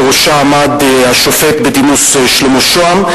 ובראשה עמד השופט בדימוס שלמה שהם.